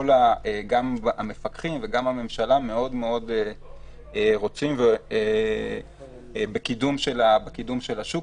גם המפקחים וגם הממשלה מאוד מאוד רוצים בקידום של השוק,